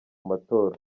matora